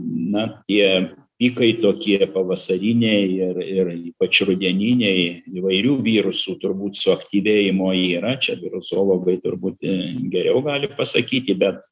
na tie pikai tokie pavasariniai ir ir ypač rudeniniai įvairių virusų turbūt suaktyvėjimo yra čia virusologai turbūt geriau gali pasakyti bet